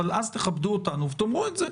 אבל אז תכבדו אותנו ותאמרו את זה,